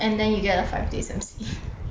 and then you get a five days M_C